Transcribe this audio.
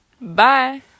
Bye